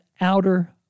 outer